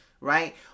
right